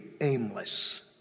aimless